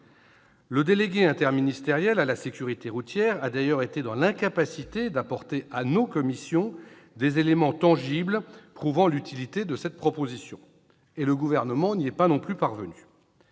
Le délégué interministériel à la sécurité routière a d'ailleurs été dans l'incapacité d'apporter à nos commissions des éléments tangibles prouvant l'utilité de cette proposition. Le Gouvernement n'y est pas non plus parvenu.